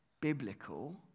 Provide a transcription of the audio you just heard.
biblical